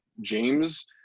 James